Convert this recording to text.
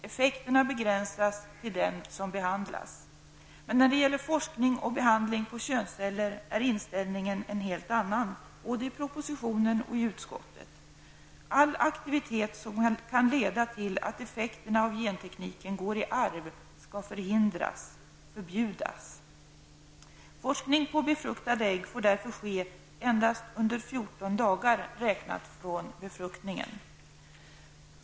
Effekterna begränsas till dem som behandlas. Men vad gäller forskning och behandling av könsceller är inställningen en helt annan, både i propositionen och i utskottet. All aktivitet som kan leda till att effekterna av gentekniken går i arv skall förhindras, ja förbjudas. Forskning på befruktade ägg får därför ske endast under 14 dagar räknat från befruktningen.